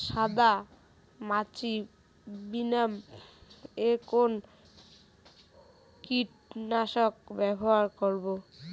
সাদা মাছি নিবারণ এ কোন কীটনাশক ব্যবহার করব?